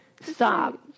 Stop